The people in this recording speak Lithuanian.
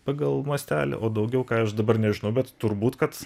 pagal mastelį o daugiau ką aš dabar nežinau bet turbūt kad